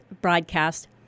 broadcast